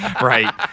right